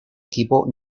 equipo